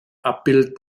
abbild